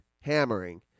hammering